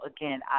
again